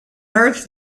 earth